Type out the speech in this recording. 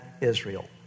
Israel